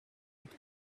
with